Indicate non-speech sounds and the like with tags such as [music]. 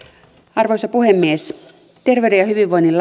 arvoisa puhemies terveyden ja hyvinvoinnin [unintelligible]